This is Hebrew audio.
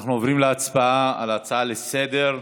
אנחנו עוברים להצבעה על ההצעה לסדר-היום,